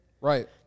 Right